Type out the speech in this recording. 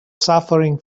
suffering